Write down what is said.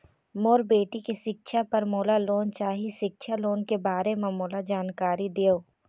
मोर बेटी के सिक्छा पर मोला लोन चाही सिक्छा लोन के बारे म मोला जानकारी देव?